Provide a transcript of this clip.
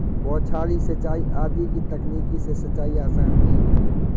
बौछारी सिंचाई आदि की तकनीक से सिंचाई आसान हुई है